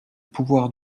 pouvoir